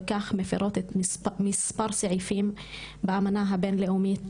ובכך מפירות מספר סעיפים באמנה הבין-לאומית,